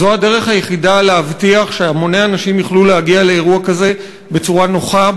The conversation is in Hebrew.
זו הדרך היחידה להבטיח שהמוני אנשים יוכלו להגיע לאירוע כזה בצורה נוחה,